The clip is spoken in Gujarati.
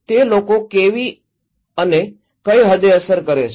તે લોકોને કેવી અને કઈ હદે અસર કરે છે